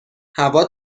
هوا